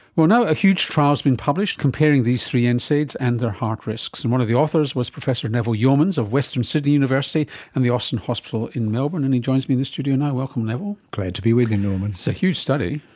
well, now a huge trial has been published comparing these three nsaids and their heart risks, and one of the authors was professor neville yeomans of western sydney university and the austin hospital in melbourne and he joins me in the studio now. welcome neville. glad to be with you norman. it's a huge study.